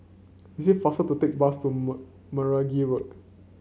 is it faster to take bus to Meragi Road